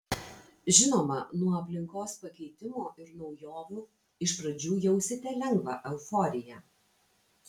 žinoma nuo aplinkos pakeitimo ir naujovių iš pradžių jausite lengvą euforiją